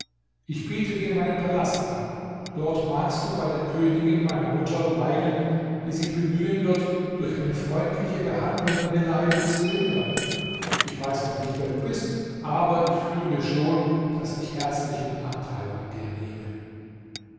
ich biete dir meinen palast an dort magst du bei der königin meiner mutter weilen die sich bemühen wird durch freundliche behandlung deine leiden zu lindern ich weiß noch nicht wer du bist aber ich fühle schon daß ich herzlichen anteil an dir nehme